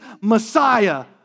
Messiah